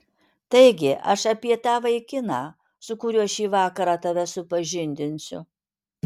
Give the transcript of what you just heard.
taigi aš apie tą vaikiną su kuriuo šį vakarą tave supažindinsiu